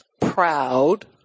proud